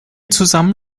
zusammen